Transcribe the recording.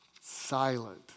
silent